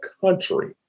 country